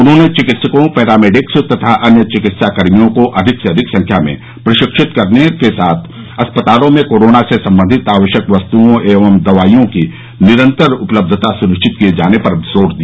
उन्होंने चिकित्सकों पैरामेडिक्स तथा अन्य चिकित्साकर्मियों को अधिक से अधिक संख्या में प्रशिक्षित कराने के साथ अस्पतालों में कोरोना से संबंधित आवश्यक वस्तुओं एवं दवाइयों की निरन्तर उपलब्यता सुनिश्चित किये जाने पर जोर दिया